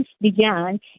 began